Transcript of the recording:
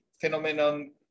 phenomenon